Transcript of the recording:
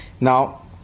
Now